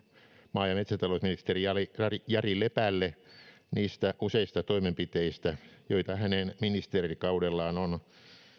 maa ja metsätalousministeri jari jari lepälle niistä useista toimenpiteistä joita hänen ministerikaudellaan on